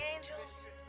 angels